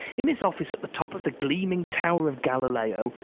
in his office at the top of the gleaming tower of galileo,